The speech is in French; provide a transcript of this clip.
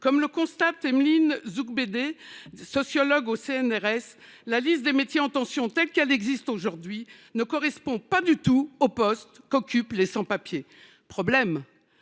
Comme le constate Émeline Zougbédé, sociologue au CNRS, la liste des métiers en tension telle qu’elle existe aujourd’hui ne correspond pas du tout aux postes qu’occupent les sans papiers. Problème,